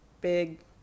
big